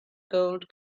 gold